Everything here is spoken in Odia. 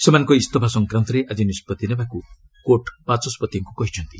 ସେମାନଙ୍କ ଇସ୍ତଫା ସଂକ୍ରାନ୍ତରେ ଆଜି ନିଷ୍କଭି ନେବାକୁ କୋର୍ଟ୍ ବାଚସ୍କତିଙ୍କ କହିଛନ୍ତି